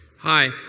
Hi